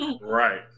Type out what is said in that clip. Right